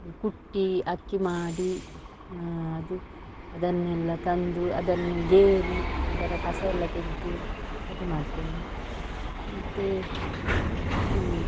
ಕುಟ್ಟಿ ಅಕ್ಕಿ ಮಾಡಿ ಅದು ಅದನ್ನೆಲ್ಲ ತಂದು ಅದನ್ನು ಕೇರಿ ಅದರ ಕಸ ಎಲ್ಲ ತೆಗೆದು ಅದು ಮಾಡ್ತೇನೆ ಮತ್ತು